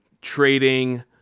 trading